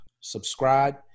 subscribe